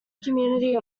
community